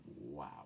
wow